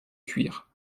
cuir